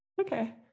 Okay